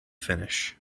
finish